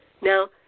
Now